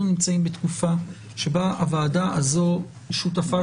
אנחנו נמצאים בתקופה שבה הוועדה הזאת שותפה